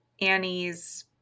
Annie's